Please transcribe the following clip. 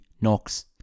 knocks